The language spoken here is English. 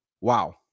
wow